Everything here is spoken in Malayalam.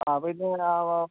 ആ അപ്പം ഇത് ആ